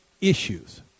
issues